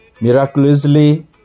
miraculously